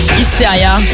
hysteria